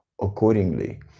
accordingly